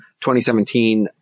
2017